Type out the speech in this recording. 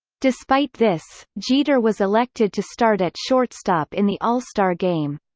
despite this, jeter was elected to start at shortstop in the all-star game.